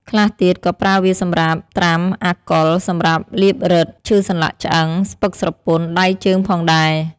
ខ្លះទៀត ក៏ប្រើវាសម្រាប់ត្រាំអាល់កុល សម្រាប់លាបរឹត ឈឺសន្លាក់ឆ្អឹង ស្ពឹកស្រពន់ដៃជើងផងដែរ។